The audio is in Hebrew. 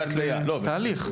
זה תהליך.